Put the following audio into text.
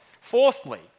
Fourthly